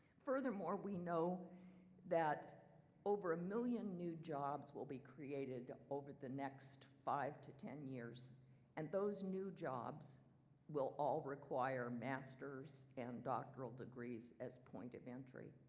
furthermore we know that over a million new jobs will be created over the next five to ten years and those new jobs will all require master's and doctoral degrees as point of entry.